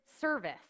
service